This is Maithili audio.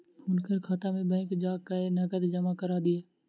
हुनकर खाता में बैंक जा कय नकद जमा करा दिअ